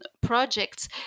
projects